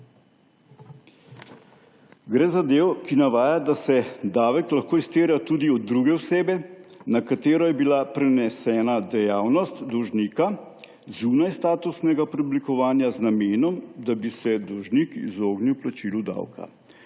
Gre za del, ki navaja, da se davek lahko izterja tudi od druge osebe, na katero je bila prenesena dejavnost dolžnika zunaj statusnega preoblikovanja z namenom, da bi se dolžnik izognil plačilu davka.